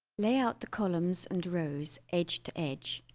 layout the columns and rows, edge to edge,